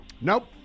Nope